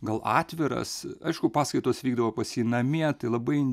gal atviras aišku paskaitos vykdavo pas jį namie tai labai